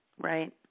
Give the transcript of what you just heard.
right